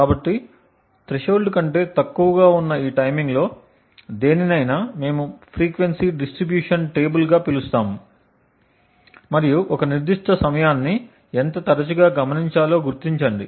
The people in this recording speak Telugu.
కాబట్టి థ్రెషోల్డ్ కంటే తక్కువగా ఉన్న ఈ టైమింగ్లో దేనినైనా మేము ఫ్రీక్వెన్సీ డిస్ట్రిబ్యూషన్ టేబుల్గా పిలుస్తాము మరియు ఒక నిర్దిష్ట సమయాన్ని ఎంత తరచుగా గమనించాలో గుర్తించండి